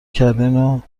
کردین